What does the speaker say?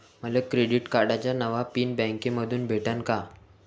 मले क्रेडिट कार्डाचा नवा पिन बँकेमंधून भेटन का?